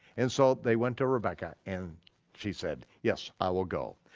and so they went to rebekah and she said yes, i will go.